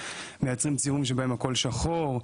מייצרים ציורים בהם הכל שחור,